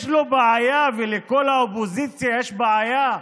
יש לו בעיה, ולכל האופוזיציה יש בעיה,